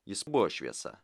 jis buvo šviesa